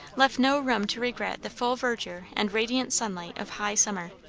left no room to regret the full verdure and radiant sunlight of high summer.